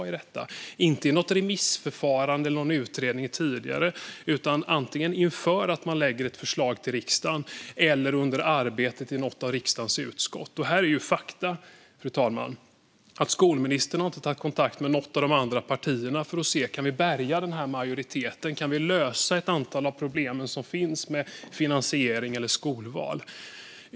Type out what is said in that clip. Det sker inte genom något remissförfarande eller någon utredning utan antingen inför att man lägger fram ett förslag i riksdagen eller under arbetet i något av riksdagens utskott. Här är fakta att skolministern inte har tagit kontakt med något av de andra partierna för att se om man kan bärga en majoritet och lösa ett antal av de problem som finns med finansiering eller skolval.